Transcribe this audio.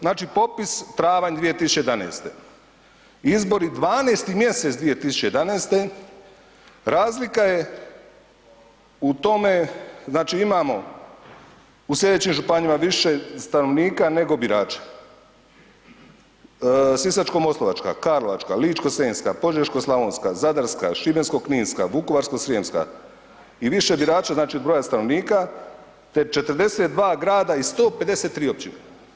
Znači popis travanj 2011., izbori 12. mjesec 2011., razlika je u tome, znači imamo u slijedećim županijama više stanovnika nego birača Sisačko-moslavačka, Karlovačka, Ličko-senjska, Požeško-slavonska, Zadarska, Šibensko-kninska, Vukovarsko-srijemska i više birača znači od broja stanovnika te 42 grada i 153 općine.